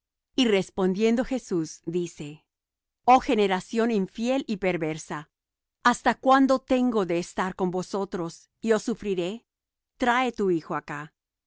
y respondiendo jesús dice oh generación infiel y perversa hasta cuándo tengo de estar con vosotros y os sufriré trae tu hijo acá